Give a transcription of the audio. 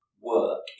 work